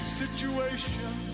situation